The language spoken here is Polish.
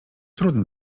trudne